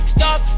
Stop